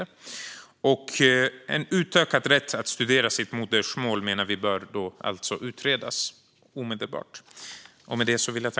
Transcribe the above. Vi menar alltså att en utökad rätt att studera det egna modersmålet bör utredas omedelbart.